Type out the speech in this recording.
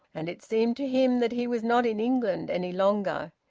and it seemed to him that he was not in england any longer.